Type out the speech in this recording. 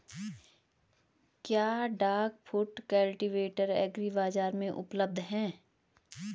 क्या duck foot cultivator AgriBazaar में उपलब्ध है?